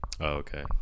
okay